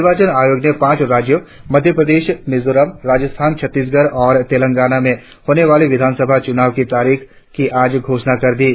निर्वाचन आयोग ने पांच राज्यो मध्य प्रदेश मिजोराम राजस्थानछत्तीसगढ़ तथा तेलंगाना में होने वाले विधानसभा चूनाव की तारीख की आज घोषणा कर दी है